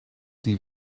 die